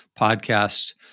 podcast